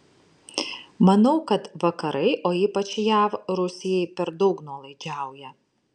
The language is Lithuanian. manau kad vakarai o ypač jav rusijai per daug nuolaidžiauja